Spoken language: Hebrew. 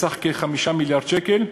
בסך כ-5 מיליארד שקל.